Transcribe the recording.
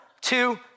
two